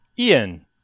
ian